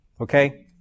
okay